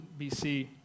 BC